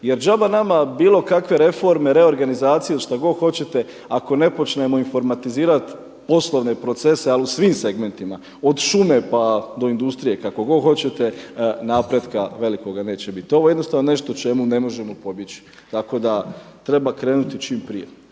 Jer džabe nama bilo kakve reforme, reorganizacije šta god hoćete, ako ne počnemo informatizirati poslovne proces ali u svim segmentima, od šume pa do industrije kako god hoće napretka velikoga neće biti. Ovo je jednostavno nešto čemu ne možemo pobjeći, tako da treba krenuti čim prije.